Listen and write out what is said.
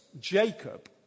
Jacob